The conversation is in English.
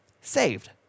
saved